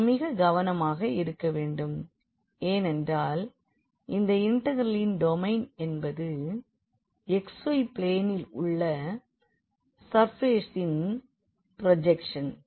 நாம் மிக கவனமாக இருக்க வேண்டும் ஏனென்றால் இந்த இண்டெக்ரலின் டொமைன் என்பது xy பிளேனில் உள்ள சர்ஃபேசின் ப்ரோஜெக்ஷன்